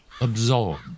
absorbed